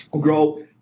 grow